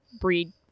breed